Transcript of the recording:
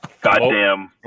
goddamn